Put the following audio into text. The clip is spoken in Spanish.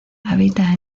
habita